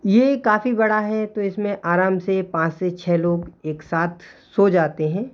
ये काफ़ी बड़ा है तो इसमें आराम से पाँच से छः लोग एक साथ सो जाते हैं